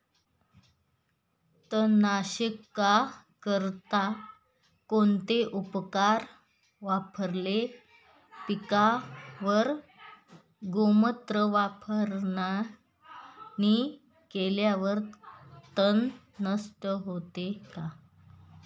तणनाशकाकरिता कोणते उपकरण वापरावे? पिकावर गोमूत्र फवारणी केल्यावर तण नष्ट होते का?